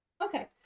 Okay